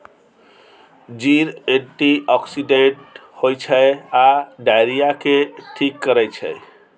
जीर एंटीआक्सिडेंट होइ छै आ डायरिया केँ ठीक करै छै